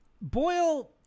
Boyle